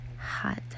hot